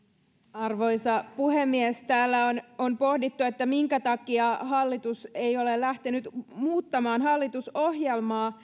arvoisa puhemies täällä on pohdittu minkä takia hallitus ei ole lähtenyt muuttamaan hallitusohjelmaa